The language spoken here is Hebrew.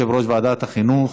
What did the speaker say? יושב-ראש ועדת החינוך.